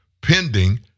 pending